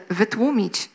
wytłumić